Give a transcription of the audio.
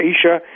Asia